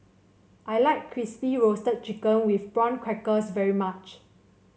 I like Crispy Roasted Chicken with Prawn Crackers very much